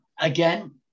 again